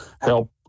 help